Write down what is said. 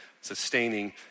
sustaining